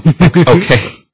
Okay